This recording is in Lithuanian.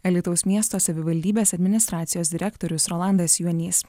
alytaus miesto savivaldybės administracijos direktorius rolandas juonys